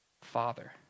father